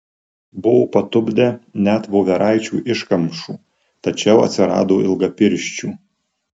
buvo patupdę net voveraičių iškamšų tačiau atsirado ilgapirščių